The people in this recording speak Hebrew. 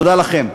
תודה לכם.